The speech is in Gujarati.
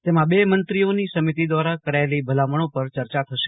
તેમાં બે મંત્રીઓની સમિતિ દ્વારા કરાયેલી ભલામણો પર ચર્ચા થશે